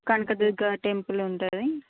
Kanakadurga temple ఉంటుంది